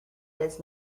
does